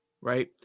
right